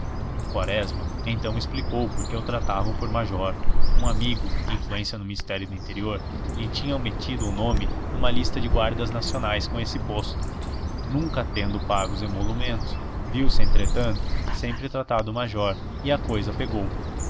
quaresma então explicou por que o tratavam por major um amigo influência no ministério do interior lhe tinha metido o nome numa lista de guardas nacionais com esse posto nunca tendo pago os emolumentos viu-se entretanto sempre tratado major e a cousa pegou